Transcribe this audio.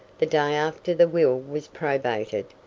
the day after the will was probated,